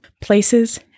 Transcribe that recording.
places